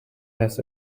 has